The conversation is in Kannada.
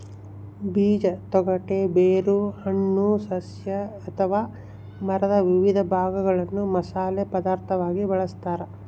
ಬೀಜ ತೊಗಟೆ ಬೇರು ಹಣ್ಣು ಸಸ್ಯ ಅಥವಾ ಮರದ ವಿವಿಧ ಭಾಗಗಳನ್ನು ಮಸಾಲೆ ಪದಾರ್ಥವಾಗಿ ಬಳಸತಾರ